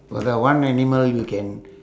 for the one animal you can